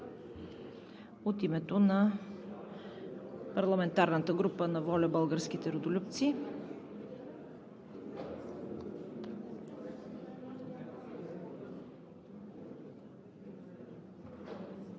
от името на парламентарната група на „ВОЛЯ – Българските Родолюбци“.